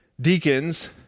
deacons